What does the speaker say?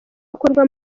bikorwa